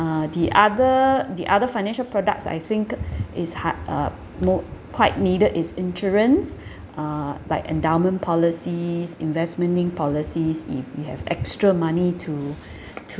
uh the other the other financial products I think is hot up no quite needed is insurance uh like endowment policies investment policies if you have extra money to to